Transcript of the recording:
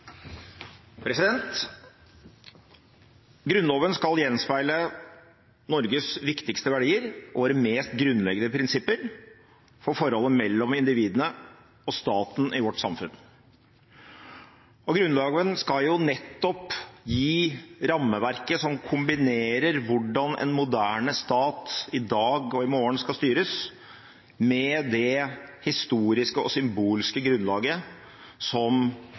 Grunnloven skal gjenspeile Norges viktigste verdier og våre mest grunnleggende prinsipper for forholdet mellom individene og staten i vårt samfunn. Grunnloven skal nettopp gi rammeverket som kombinerer hvordan en moderne stat i dag og i morgen skal styres, med det historiske og symbolske grunnlaget som